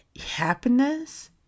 happiness